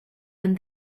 and